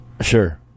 Sure